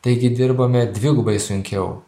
taigi dirbome dvigubai sunkiau